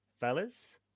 Fellas